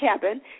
cabin